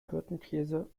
hirtenkäse